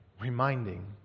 Reminding